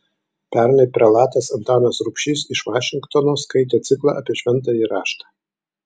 pernai prelatas antanas rubšys iš vašingtono skaitė ciklą apie šventąjį raštą